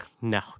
No